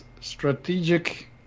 strategic